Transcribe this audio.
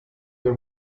your